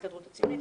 ההסתדרות הציונית,